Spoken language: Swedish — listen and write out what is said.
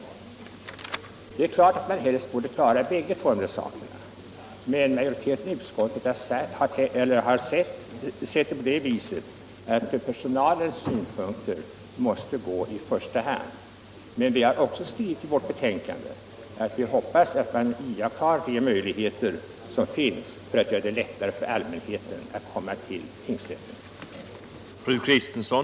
Det är klart att man helst skulle vilja klara båda dessa saker. Utskottet har emellertid ansett att personalens synpunkter i första hand måste beaktas. Men vi har också i vårt betänkande skrivit att vi hoppas att man beaktar de möjligheter som finns för att göra det lättare för allmänheten att komma till tingsrättens sammanträden.